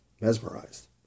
mesmerized